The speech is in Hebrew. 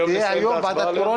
תהיה היום ועדת קורונה?